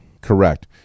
Correct